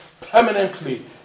permanently